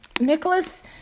Nicholas